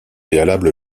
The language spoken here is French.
préalable